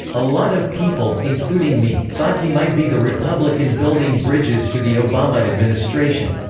a lot of people, including me, thought he might be the republican building bridges to the obama administration.